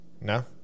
No